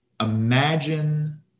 imagine